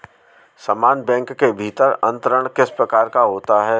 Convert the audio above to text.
समान बैंक के भीतर अंतरण किस प्रकार का होता है?